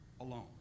alone